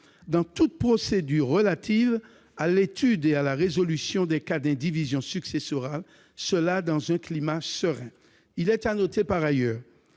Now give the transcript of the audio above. -dans toute procédure relative à l'étude et la résolution des cas d'indivision successorale, et ce dans un climat serein. Il convient de noter par ailleurs